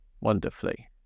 wonderfully